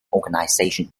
organization